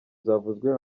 zavuzwe